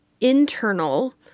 internal